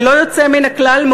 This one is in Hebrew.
ללא יוצא מן הכלל,